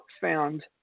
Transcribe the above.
found